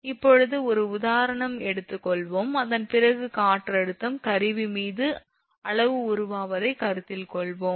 இப்போது ஒரு உதாரணம் 1 எடுத்துக் கொள்வோம் அதன் பிறகு காற்றழுத்தம் கருவி மீது அளவு உருவாவதை கருத்தில் கொள்வோம்